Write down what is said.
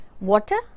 Water